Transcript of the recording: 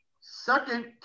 Second